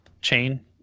chain